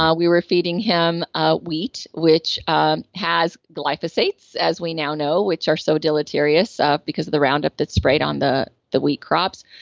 um we were feeding him ah wheat, which um has glyphosate as we now know which are so deleterious because of the roundup that's sprayed on the the wheat crops.